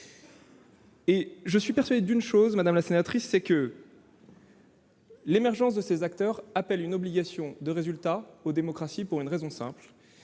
Je suis persuadé d'une chose, madame la présidente, c'est que l'émergence de ces acteurs impose une obligation de résultat aux démocraties pour une raison simple